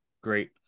great